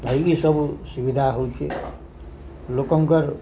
ଏମିତି ସବୁ ସୁବିଧା ହେଉଛେ ଲୋକଙ୍କର